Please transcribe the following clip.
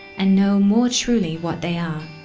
and know more truly what they are.